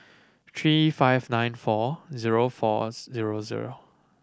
three five nine four zero four zero zero